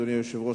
אדוני היושב-ראש,